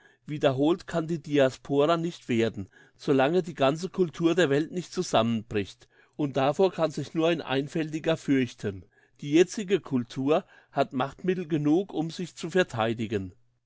wiederholt kann die diaspora nicht werden solange die ganze cultur der welt nicht zusammenbricht und davor kann sich nur ein einfältiger fürchten die jetzige cultur hat machtmittel genug um sich zu vertheidigen